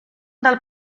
del